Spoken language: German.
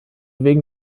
wegen